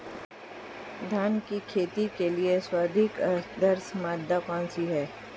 धान की खेती के लिए सर्वाधिक आदर्श मृदा कौन सी है?